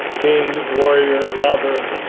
king, warrior, lover,